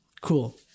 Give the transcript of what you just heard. Cool